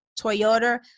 Toyota